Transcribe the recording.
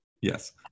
Yes